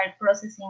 processing